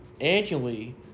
annually